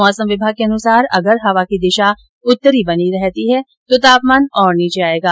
मौसम विभाग के अनुसार अगर हवा की दिशा उत्तरी बनी रहती है तो तापमान और नीचे आएगा